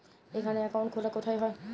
এখানে অ্যাকাউন্ট খোলা কোথায় হয়?